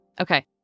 Okay